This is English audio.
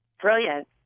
brilliant